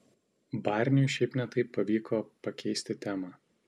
barniui šiaip ne taip pavyko pakeisti temą